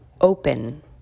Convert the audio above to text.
open